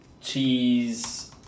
cheese